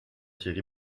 thierry